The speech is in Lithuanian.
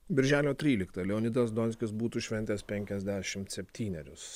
birželio tryliktą leonidas donskis būtų šventęs penkiasdešimt septynerius